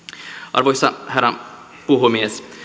arvoisa herra puhemies